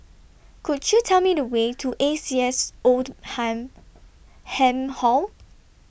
two